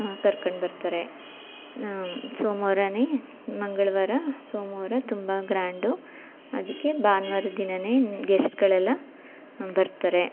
ಕರ್ಕಂಡು ಬರ್ತಾರೆ ಸೋಮ್ವಾರವೇ ಮಂಗಳವಾರ ಸೋಮವಾರ ತುಂಬ ಗ್ರ್ಯಾಂಡು ಅದಕ್ಕೆ ಭಾನ್ವಾರದ ದಿನವೇ ಗೆಸ್ಟ್ಗಳೆಲ್ಲ ಬರ್ತಾರೆ